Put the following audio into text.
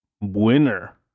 winner